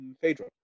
Phaedra